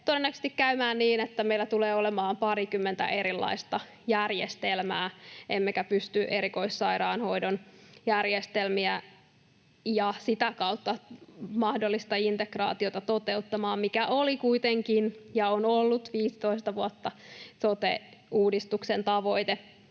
todennäköisesti käymään niin, että meillä tulee olemaan parikymmentä erilaista järjestelmää, emmekä pysty erikoissairaanhoidon järjestelmiä ja sitä kautta mahdollista integraatiota toteuttamaan, mikä oli kuitenkin ja on ollut 15 vuotta sote-uudistuksen tavoite.